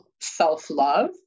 self-love